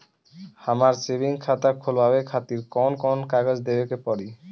हमार सेविंग खाता खोलवावे खातिर कौन कौन कागज देवे के पड़ी?